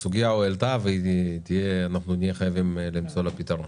סוגיה הועלתה ונהיה חייבים למצוא לה פתרון